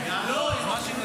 לצאת.